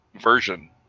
version